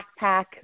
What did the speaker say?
backpack